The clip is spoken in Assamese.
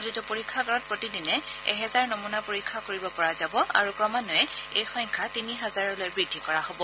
প্ৰতিটো পৰীক্ষাগাৰত প্ৰতিদিনে এহেজাৰ নমুনা পৰীক্ষা কৰিব পৰা যাব আৰু ক্ৰমান্নয়ে এই সংখ্যা তিনি হাজাৰলৈ বৃদ্ধি কৰা হব